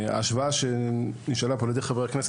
ההשוואה שנשאלה פה על ידי חבר הכנסת